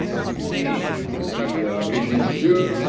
let's see, i see regent hsu,